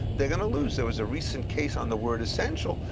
they're gonna lose, there was a recent case on the word essential,